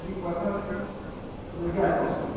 ଦୁଇ ପଇସା ରୋଜଗାର କରୁସୁନ୍